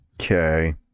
Okay